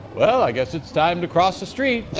well, i guess it's time to cross the street.